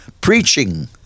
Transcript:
preaching